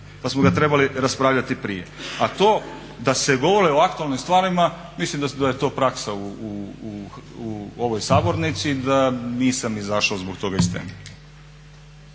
pa smo ga trebali raspravljati prije. A to da se govori o aktualnim stvarima mislim da je to praksa u ovoj sabornici, da nisam izašao zbog toga iz teme.